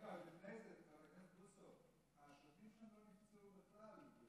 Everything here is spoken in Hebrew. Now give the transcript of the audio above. לפני זה השוטרים שם לא נפצעו בכלל.